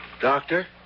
Doctor